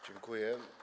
Dziękuję.